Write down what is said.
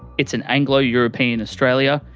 it's an anglo-european australia,